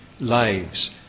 lives